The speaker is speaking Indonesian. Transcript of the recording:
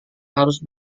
harus